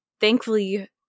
thankfully